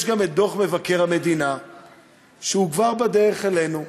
יש גם דוח מבקר המדינה שהוא כבר בדרך אלינו.